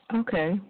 okay